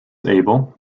able